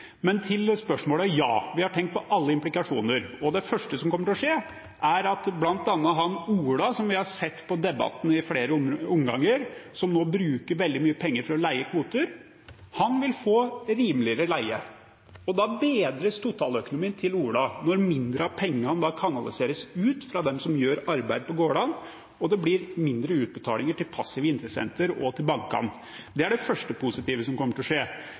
Til spørsmålet: Ja, vi har tenkt på alle implikasjoner. Det første som kommer til å skje, er at bl.a. Ola, som vi har sett på Debatten i flere omganger, som nå bruker veldig mye penger for å leie kvoter, vil få rimeligere leie. Da bedres totaløkonomien til Ola – når mindre av pengene kanaliseres ut fra dem som gjør arbeid på gårdene, og det blir mindre utbetalinger til passive interessenter og til bankene. Det er det første positive som kommer til å skje.